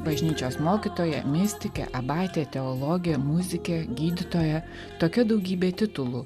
bažnyčios mokytoja mistikė abatė teologė muzikė gydytoja tokia daugybė titulų